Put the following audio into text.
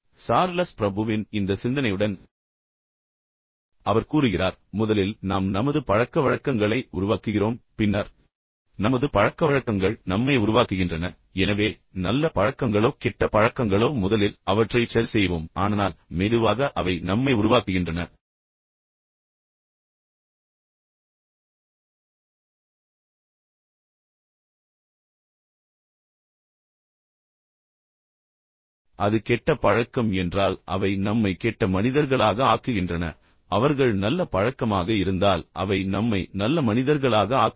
Charles பிரபுவின் இந்த சிந்தனையுடன் அவர் கூறுகிறார் முதலில் நாம் நமது பழக்கவழக்கங்களை உருவாக்குகிறோம் பின்னர் நமது பழக்கவழக்கங்கள் நம்மை உருவாக்குகின்றன எனவே நல்ல பழக்கங்களோ கெட்ட பழக்கங்களோ முதலில் அவற்றைச் சரிசெய்வோம் ஆனால் மெதுவாக அவை நம்மை உருவாக்குகின்றன அது கெட்ட பழக்கம் என்றால் அவை நம்மை கெட்ட மனிதர்களாக ஆக்குகின்றன அவர்கள் நல்ல பழக்கமாக இருந்தால் அவை நம்மை நல்ல மனிதர்களாக ஆக்குகின்றன